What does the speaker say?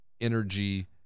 energy